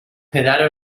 پدر